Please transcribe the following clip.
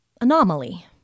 anomaly